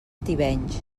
tivenys